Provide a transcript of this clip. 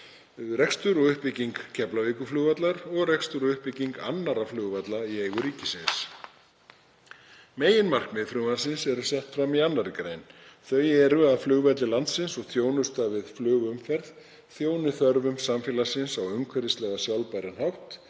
rekstur og uppbygging Keflavíkurflugvallar og rekstur og uppbygging annarra flugvalla í eigu ríkisins. Meginmarkmið frumvarpsins eru sett fram í 2. gr. Þau eru að flugvellir landsins og þjónusta við flugumferð þjóni þörfum samfélagsins á umhverfislega sjálfbæran hátt